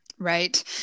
Right